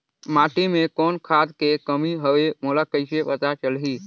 माटी मे कौन खाद के कमी हवे मोला कइसे पता चलही?